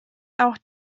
auch